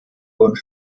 und